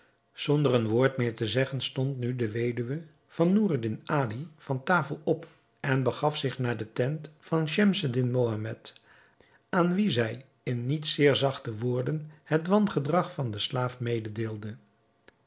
zonder een woord meer te zeggen stond nu de weduwe van noureddin ali van tafel op en begaf zich naar de tent van schemseddin mohammed aan wien zij in niet zeer zachte woorden het wangedrag van den slaaf